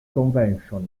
convention